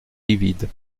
livide